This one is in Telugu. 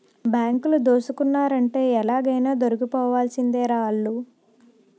బాంకులు దోసుకున్నారంటే ఎలాగైనా దొరికిపోవాల్సిందేరా ఆల్లు